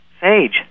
Sage